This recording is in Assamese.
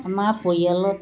আমাৰ পৰিয়ালত